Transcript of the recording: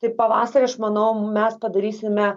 tai pavasarį aš manau mes padarysime